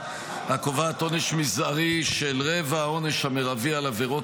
הקובעת עונש מזערי של רבע העונש המרבי על עבירות